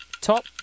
Top